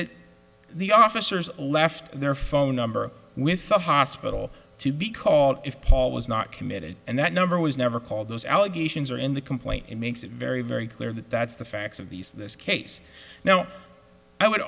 that the officers left their phone number with the hospital to be called if paul was not committed and that number was never called those allegations are in the complaint it makes it very very clear that that's the facts of these this case now i would